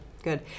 Good